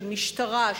של משטרה,